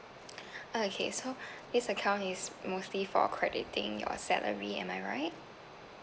okay so this account is mostly for crediting your salary am I right